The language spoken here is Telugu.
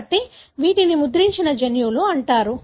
కాబట్టి వీటిని ముద్రించిన జన్యువులు అంటారు